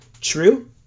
True